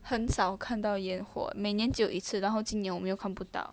很少看到烟火每年只有一次然后今年我们又看不到